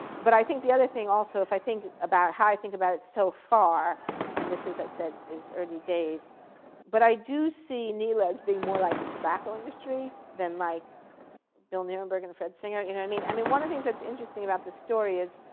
but i think the other thing also, if i think about how i think about it so far and this, as i said, is early days but i do see nela as being more like the tobacco industry than like bill nuremberg and fred singer, you know i mean i mean, one of the things that's interesting about this story is,